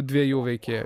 dviejų veikėjų